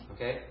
Okay